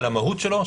על המהות שלו,